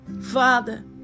Father